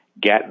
get